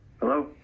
hello